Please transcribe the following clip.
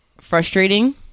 frustrating